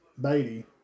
Beatty